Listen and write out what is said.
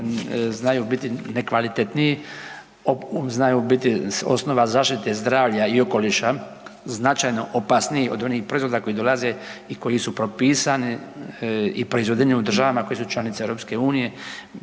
znaju biti nekvalitetniji, znaju biti osnova zaštite zdravlja i okoliša značajno opasniji od onih proizvoda koji dolaze i koji su propisani i proizvedeni u državama koje su članice Europske unije